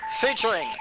featuring